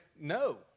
No